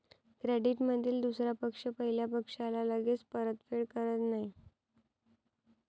क्रेडिटमधील दुसरा पक्ष पहिल्या पक्षाला लगेच परतफेड करत नाही